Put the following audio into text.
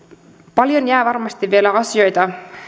paljon jää varmasti vielä asioita